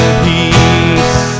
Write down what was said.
peace